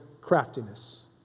craftiness